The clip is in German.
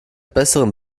besseren